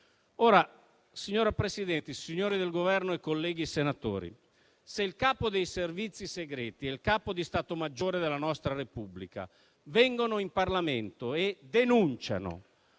Signora Presidente, signori del Governo e colleghi senatori, se il Capo dei servizi segreti e il Capo di stato maggiore della nostra Repubblica vengono in Parlamento e denunciano